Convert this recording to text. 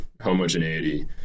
homogeneity